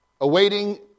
awaiting